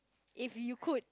if you could